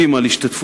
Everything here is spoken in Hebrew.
ג.